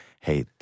Hey